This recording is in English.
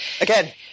again